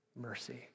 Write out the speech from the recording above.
mercy